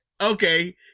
Okay